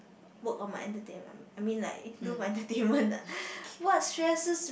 work on my entertainm~ I mean like do my entertainment what stresses